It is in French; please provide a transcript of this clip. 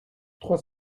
trois